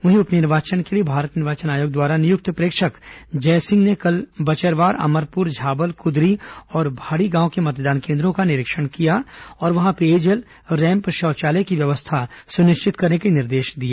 वहीं उप निर्वाचन के लिए भारत निर्वाचन आयोग द्वारा नियुक्त प्रेक्षक जयसिंह ने कल बचरवार अमरपुर झाबल कुदरी और भाड़ी गांव के मतदान केन्द्रों का निरीक्षण किया और वहां पेयजल रैम्प शौचालय की व्यवस्था सुनिश्चित करने के निर्देश दिए